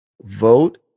vote